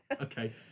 okay